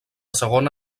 segona